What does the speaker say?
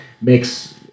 makes